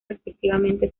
respectivamente